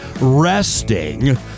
resting